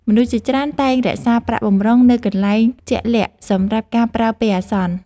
មនុស្សជាច្រើនតែងរក្សាប្រាក់បម្រុងនៅកន្លែងជាក់លាក់សម្រាប់ការប្រើពេលអាសន្ន។